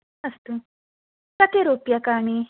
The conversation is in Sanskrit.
अस्तु कति रूप्यकाणि